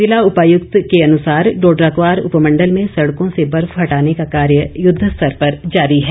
जिला उपायुक्त के अनुसार डोडरा क्वार उपमंडल में सड़कों से बर्फ हटाने का कार्य युद्धस्तर पर जारी है